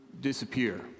disappear